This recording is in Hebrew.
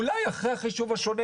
אולי אחרי החישוב השונה,